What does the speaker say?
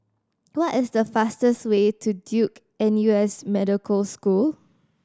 what is the fastest way to Duke N U S Medical School